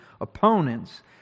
opponents